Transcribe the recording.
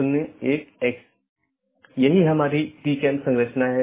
दूसरे अर्थ में यह ट्रैफिक AS पर एक लोड है